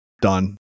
Done